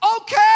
Okay